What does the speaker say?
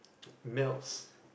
melts